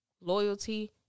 loyalty